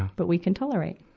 but we can tolerate.